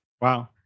Wow